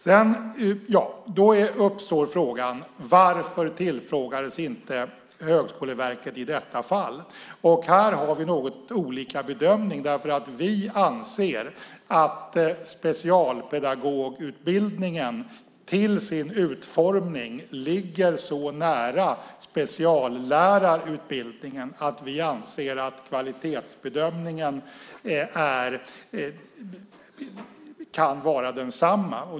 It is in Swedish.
Då uppstår frågan: Varför tillfrågades inte Högskoleverket i detta fall? Här gör vi något olika bedömningar, för vi anser för vår del att specialpedagogutbildningen till sin utformning ligger så nära speciallärarutbildningen att kvalitetsbedömningen kan vara densamma.